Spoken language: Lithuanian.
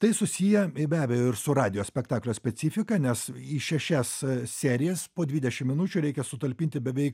tai susiję ir be abejo ir su radijo spektaklio specifika nes į šešias serijas po dvidešimt minučių reikia sutalpinti beveik